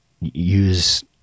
use